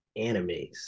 animes